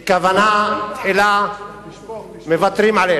מקבלים שירותי בריאות יותר טובים.